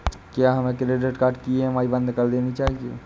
क्या हमें credit card की ई.एम.आई बंद कर देनी चाहिए?